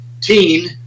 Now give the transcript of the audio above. teen